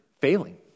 failing